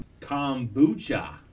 Kombucha